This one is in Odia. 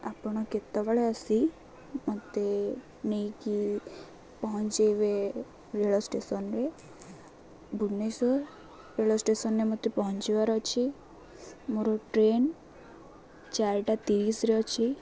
ଆପଣ କେତେବେଳେ ଆସି ମୋତେ ନେଇକି ପହଞ୍ଚାଇବେ ରେଳ ଷ୍ଟେସନ୍ରେ ଭୁବନେଶ୍ୱର ରେଳ ଷ୍ଟେସନ୍ରେ ମୋତେ ପହଞ୍ଚିବାର ଅଛି ମୋର ଟ୍ରେନ୍ ଚାରିଟା ତିରିଶିରେ ଅଛି